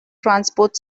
transport